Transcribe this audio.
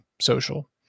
social